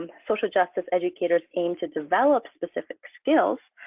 and social justice educators aim to develop specific skills,